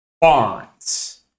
Barnes